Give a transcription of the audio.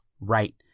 right